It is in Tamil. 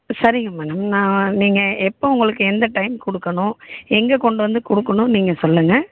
சரிங்க மேடம் நான் நீங்கள் எப்போது உங்களுக்கு எந்த டைம் கொடுக்கணும் எங்கே கொண்டு வந்து கொடுக்கணுன்னு நீங்கள் சொல்லுங்கள்